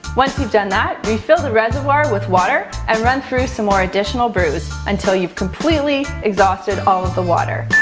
once you've done that, refill the reservoir with water and run through some more additional brews until you've completely exhausted all of the water.